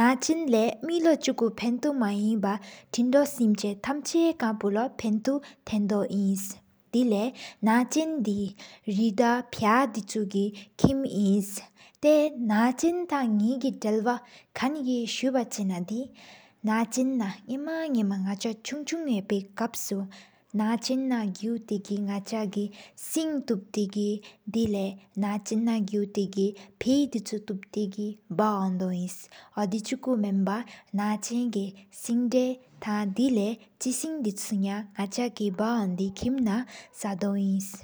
མེ་ལོ་ཆི་ཀུ་བརྒྱ་མ་ཡ་བ་ཐེན་ཕོ་སྒོར་བྱེད་མ་ཨེ་འདི་འབོ། དི་ཆུ་གོ་སྨེད་ཁྲ་ཆུ་མ་ཞེ་མ་ཡ་བ་མ་ཐུང་མེ་ཐའ་ཆ་ཡསྣ་མ་རྐྱེ། རེ་པ་པ་ལོག་ན་ཆེན་དི་རེ་དགོའི་ཡ་མ་མ་ཡ་ཕ་ཅུ། ཏེ་ཐང་ནའི་གཙུག་དཀའ་ཡས་ང་ལ་ཡས། ཇ་ན་དི་ནག་ཅན་ན་གླ་སྣངྱ་མ་གསར་གསར། ནག་ཆ་གྲལ་གྲུང་ཡེ་པའི་ཀར་སི་དརྟོགས་དར་མངའུ་ནོར། ན་ཆེན་ན་རྒྱུ་སྟེར་གི་ན་ག་ཆ་གིས་གཅྲིགས་ཏཾ་སྤྲེེགས། ཌེཌ་ལེ་ན་ཆེན་ན་རྒྱུ་སྭ་གི་དི་ཆུ་ཐ་བཏང། བཀཅ་ཧོན་དོ་ནས་འོ་དེའ་ཅུ་ལ་མ་ངས་ཧེན་རྭ། ནག་ཅན་གི་སིན་སྡ་ཚེ་ཆུ་ནག་ཆ་གི་དི་ཅོ་དངས་སཏོ་ག་ནས་།